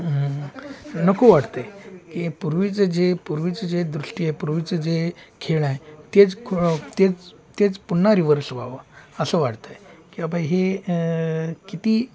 नको वाटतं आहे की पूर्वीचं जे पूर्वीचं जे दृष्टी आहे पूर्वीचं जे खेळ आहे तेच तेच पुन्हा रिव्हर्स व्हावं असं वाटतं आहे की बाबा हे किती